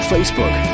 Facebook